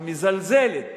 המזלזלת